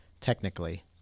Technically